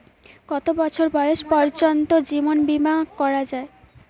কত বছর বয়স পর্জন্ত জীবন বিমা করা য়ায়?